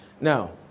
Now